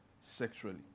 sexually